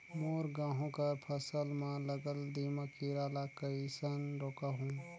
मोर गहूं कर फसल म लगल दीमक कीरा ला कइसन रोकहू?